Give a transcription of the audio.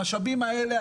המשאבים האלה,